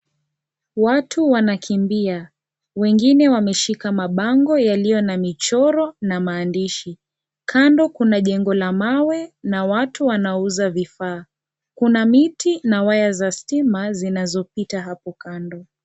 Watu wanakimbia. Wengine wameshika mabango yaliyo na michoro na maandishi. Kando kuna jengo la mawe na watu wanauza vifaa. Kuna miti na waya za stima zinazopita hapo kando.